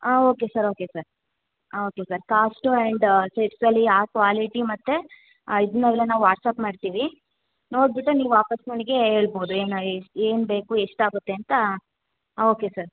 ಹಾಂ okay sir okay sir ಹಾಂ okay sir cost and ಯಾವ ಕ್ವಾಲಿಟಿ ಮತ್ತು ಇದನ್ನೆಲ್ಲ ನಾವು ವಾಟ್ಸ್ಆ್ಯಪ್ ಮಾಡ್ತೀವಿ ನೋಡಿಬಿಟ್ಟು ನೀವು ವಾಪಾಸ್ ನನಗೆ ಹೇಳ್ಬೋದು ಏನು ಏನು ಬೇಕು ಎಷ್ಟಾಗುತ್ತೆ ಅಂತ ಓಕೆ ಸರ್